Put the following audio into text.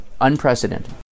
unprecedented